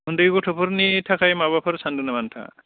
उन्दै गथ'फोरनि थाखाय माबाफोर सानदोंनामा नोंथाङा